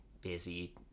busy